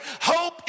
Hope